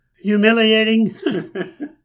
humiliating